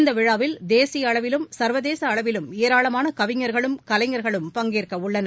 இந்த விழாவில் தேசிய அளவிலும் சர்வதேச அளவிலும் ஏராளமான கவிஞர்களும் கலைஞர்களும் பங்கேற்கவுள்ளன்